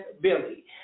Billy